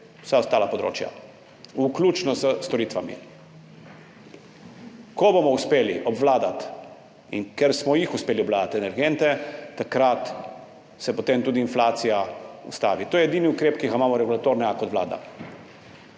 vsa ostala področja, vključno s storitvami. Ko bomo uspeli obvladati in ker smo uspeli obvladati energente, takrat se potem tudi inflacija ustavi. To je edini regulatorni ukrep, ki ga imamo kot Vlada.